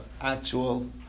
actual